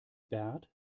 bert